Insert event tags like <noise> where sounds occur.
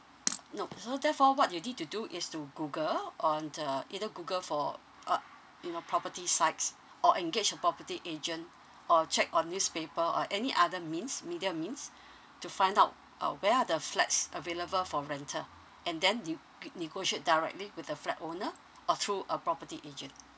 <noise> nope so therefore what you need to do is to google on the either google for uh you know property sites or engage a property agent or check on this paper or any other means media means to find out uh where are the flats available for rental and then you ne~ negotiate directly with the flat owner or through a property agent